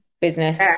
business